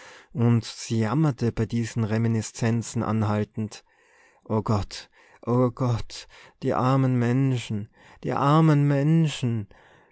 und sie jammerte bei diesen reminiszenzen anhaltend o gott o gott die armen menschen die armen menschen